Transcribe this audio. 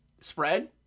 spread